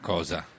Cosa